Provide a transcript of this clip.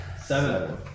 seven